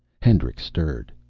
hendricks stirred.